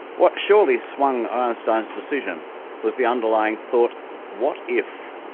what surely swung einstein's decision was the underlying thought what if?